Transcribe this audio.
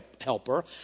helper